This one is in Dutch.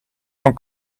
van